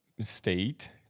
state